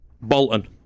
Bolton